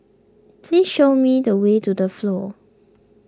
please show me the way to the Flow